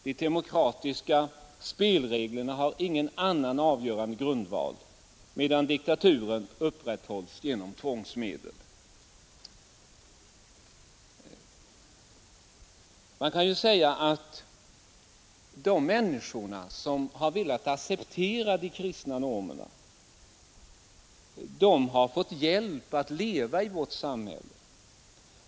De demokratiska spelreglerna har ingen annan avgörande grundval, medan diktaturen upprätthålls genom tvångsmedel. Man kan ju säga att de människor som velat acceptera de kristna normerna har fått hjälp att leva i vårt samhälle.